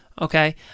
Okay